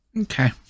Okay